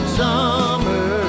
summer